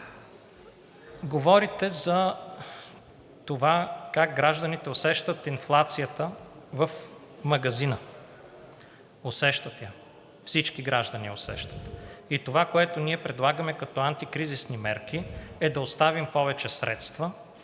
Говорите за това как гражданите усещат инфлацията в магазина. Усещат я, всички граждани я усещат и това, което ние предлагаме като антикризисни мерки, е да оставим повече средства